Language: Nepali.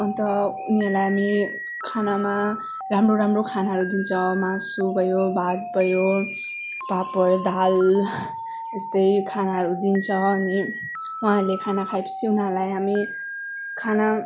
अन्त उनीहरूलाई हामी खानामा राम्रो राम्रो खानाहरू दिन्छ मासु भयो भात भयो पापड दाल यस्तै खानाहरू दिन्छ अनि उहाँहरूले खाना खाएपछि उनीहरूलाई हामी खाना